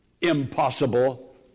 impossible